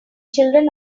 children